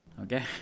okay